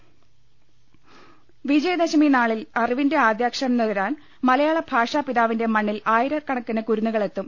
ഔദ്യമെട്ടറി വിജയദശമി നാളിൽ അറിവിന്റെ ആദ്യാക്ഷരം നുകരാൻ മലയാള ഭാഷാപിതാവിന്റെ മണ്ണിൽ ആയിരക്കണക്കിന് കുരുന്നുകളെത്തും